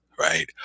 Right